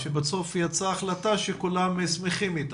שבסוף יצאה החלטה שכולם שמחים איתה.